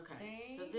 Okay